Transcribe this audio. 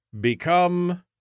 become